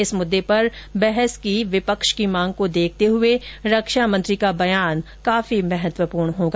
इस मुद्दे पर बहस की विपक्ष की मांग को देखते हुए रक्षा मंत्री का बयान महत्वपूर्ण होगा